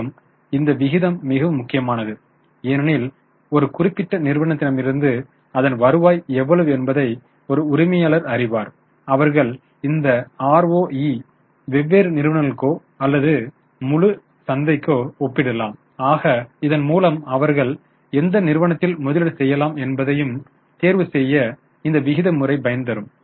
மேலும் இந்த விகிதம் மிகவும் முக்கியமானது ஏனெனில் ஒரு குறிப்பிட்ட நிறுவனத்திடமிருந்து அதன் வருவாய் எவ்வளவு என்பதை ஒரு உரிமையாளர் அறிவார் அவர்கள் இந்த ROE ஐ வெவ்வேறு நிறுவனங்களுக்கோ அல்லது முழு சந்தைக்கும் ஒப்பிடலாம் ஆக இதன்மூலம் அவர்கள் எந்த நிறுவனத்தில் முதலீடு செய்யலாம் என்பதை தேர்வு செய்ய இந்த விகித முறை பயன் தரும்